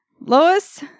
Lois